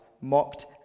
mocked